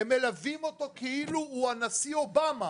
הם מלווים אותו כאילו הוא הנשיא אובמה